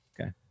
okay